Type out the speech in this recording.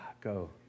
go